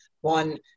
one